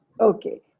Okay